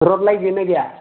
रद लाइट दंना गैया